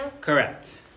Correct